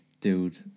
Dude